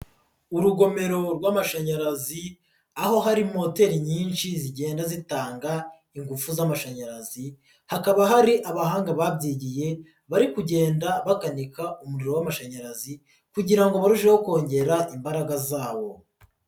Urugomero rw'amashanyarazi aho hari moteri nyinshi zigenda zitanga ingufu z'amashanyarazi, hakaba hari abahanga babyigiye bari kugenda bakanika umuriro w'amashanyarazi kugira ngo barusheho kongera imbaraga zawo.